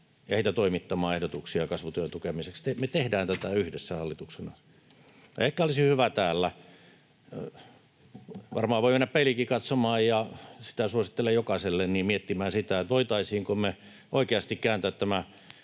ja heitä toimittamaan ehdotuksia kasvutyön tukemiseksi. Me tehdään tätä yhdessä hallituksena. Ehkä olisi hyvä täällä — varmaan voi mennä peiliinkin katsomaan, ja sitä suosittelen jokaiselle — miettiä sitä, voitaisiinko me oikeasti kääntää tämä